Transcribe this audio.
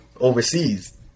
overseas